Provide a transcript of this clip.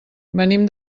venim